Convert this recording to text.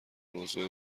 موضوع